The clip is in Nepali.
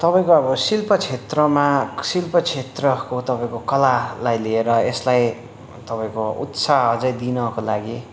तपाईँको अब शिल्प क्षेत्रमा शिल्प क्षेत्रको तपाईँको कलालाई लिएर यसलाई तपाईँको उत्साह अझ दिनको लागि